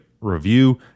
review